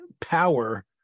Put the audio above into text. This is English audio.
power